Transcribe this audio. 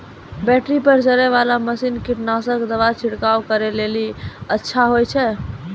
Battery पर चलै वाला मसीन कीटनासक दवा छिड़काव करै लेली अच्छा होय छै?